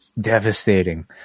Devastating